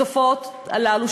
התופעות הללו,